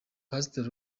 pastor